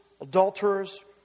adulterers